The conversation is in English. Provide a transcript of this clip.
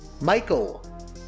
Michael